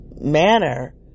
Manner